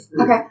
Okay